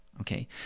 okay